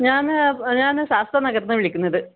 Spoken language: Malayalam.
ഞാൻ ഞാൻ ശാസ്ത്രനഗർ നിന്നാണ് വിളിക്കുന്നത്